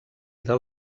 del